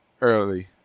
Early